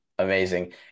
Amazing